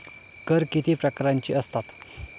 कर किती प्रकारांचे असतात?